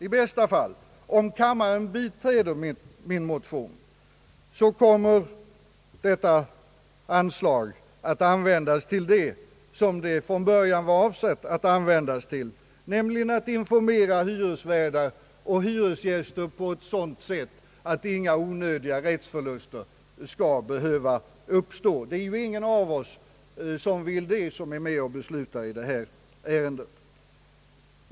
I bästa fall — om kammaren biträder min motion — kommer detta anslag att användas till det som det från början var avsett att användas till, nämligen att informera hyresvärdar och hyresgäster på ett sådant sätt att inga onödiga rättsförluster skall behöva uppstå. Det är ju ingen av oss som är med och beslutar i det här ärendet som vill det.